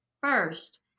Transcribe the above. First